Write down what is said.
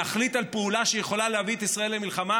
להחליט על פעולה שיכולה להביא את ישראל למלחמה,